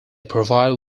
provide